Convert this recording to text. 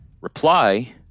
reply